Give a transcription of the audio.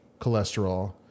cholesterol